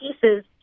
pieces